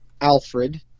Alfred